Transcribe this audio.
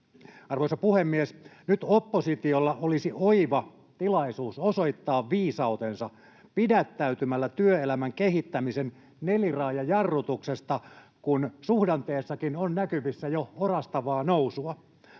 Arvoisa puhemies! Nyt oppositiolla olisi oiva tilaisuus osoittaa viisautensa pidättäytymällä työelämän kehittämisen neliraajajarrutuksesta, kun suhdanteessakin on näkyvissä jo orastavaa nousua.